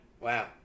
Wow